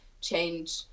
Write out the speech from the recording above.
change